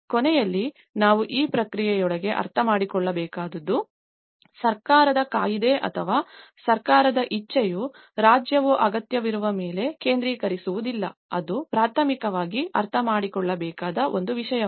ಕೊನೆಯಲ್ಲಿ ನಾವು ಈ ಪ್ರಕ್ರಿಯೆಯೊಳಗೆ ಅರ್ಥಮಾಡಿಕೊಳ್ಳಬೇಕಾದದ್ದು ಸರ್ಕಾರದ ಕಾಯಿದೆ ಅಥವಾ ಸರ್ಕಾರದ ಇಚ್ಛೆಯು ರಾಜ್ಯವು ಅಗತ್ಯವಿರುವವರ ಮೇಲೆ ಕೇಂದ್ರೀಕರಿಸುವುದಿಲ್ಲ ಅದು ಪ್ರಾಥಮಿಕವಾಗಿ ಅರ್ಥಮಾಡಿಕೊಳ್ಳಬೇಕಾದ ಒಂದು ವಿಷಯವಾಗಿದೆ